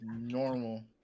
normal